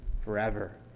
forever